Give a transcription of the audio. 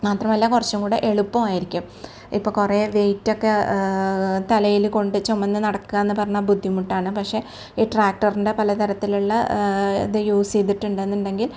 മാത്രമല്ല കുറച്ചും കുടെ എളുപ്പമായിരിക്കും ഇപ്പം കുറെ വെയ്റ്റക്കെ തലേയിൽ കൊണ്ട് ചുമന്ന് നടക്കാന്ന് പറഞ്ഞാൽ ബുദ്ധിമുട്ടാണ് പക്ഷേ ഈ ട്രാക്ടറിൻ്റെ പലതരത്തിലുള്ള അത് യൂസ് ചെയ്തിട്ടുണ്ട്ന്നുണ്ടെങ്കിൽ